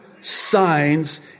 signs